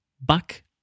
Back